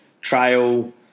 trail